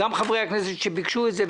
גם חברי הכנסת שביקשו את זה,